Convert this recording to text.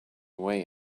away